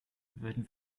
würden